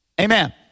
Amen